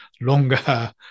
longer